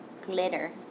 Glitter